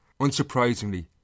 Unsurprisingly